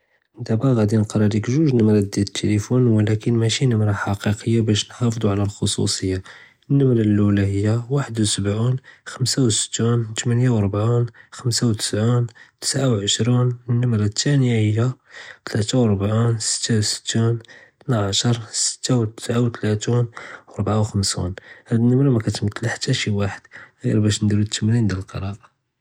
דַּבָּא גַּ'אדִי נִקְרָא לִיק גּוּג' נִמְרָאת דְל-אֶל-טֵלִיפוֹן וְלָקִין מַא שִי נִמְרָה חַקִּיתִיּה בַּשּׁ נַחְפַּזּוּ עַל אַל-חֻסּוּסִיַּה, אֶל-נִמְרָה אֶל-אוּלָא הִיָּה וַחַד וְסְבּעִין חַמְסָה וְשִׁשִּׁין תְּמְנִיַה וְרְבְעִין חַמְסָה וְתִשְׁעִין תִּסְעַה וְעֶשְׂרִין, אֶל-נִמְרָה אֶל-תְּאנְיָה הִיָּה תְּלָאתָה וְרְבְעִין שִׁתֵּּה וְשִׁשִּׁין תִּסְעָעַשׁ שִׁתֵּּה תִּסְעַע וְתְלָאתִין רְבְעַה וְחֻמְסִין. הַאדּ אֶל-נִמְרָה מַאקְתַמְתַּל חַתָּא שִי וַחַד גִ'יר בַּשּׁ נַעְדִירוּ אֶל-תַּמְרִין דְיַאל אֶל-קְרִיאָה.